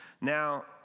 Now